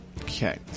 okay